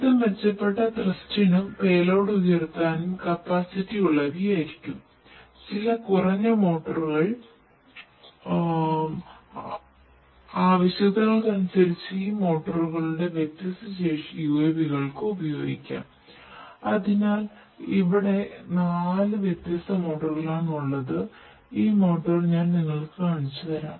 ഈ മോട്ടോറുകൾക്ക് ഞാൻ നിങ്ങൾക്ക് കാണിച്ചുതരാം